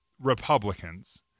Republicans